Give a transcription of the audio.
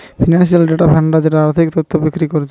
financial data vendor যারা আর্থিক তথ্য বিক্রি কোরছে